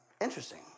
interesting